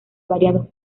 variados